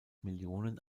millionen